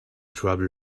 trouble